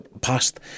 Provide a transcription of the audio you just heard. passed